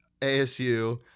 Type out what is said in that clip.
ASU